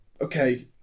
Okay